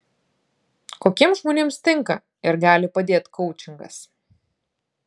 kokiems žmonėms tinka ir gali padėti koučingas